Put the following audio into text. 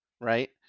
right